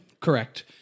Correct